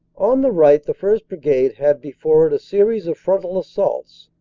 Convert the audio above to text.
on the right, the first. brigade had before it a series of frontal assaults.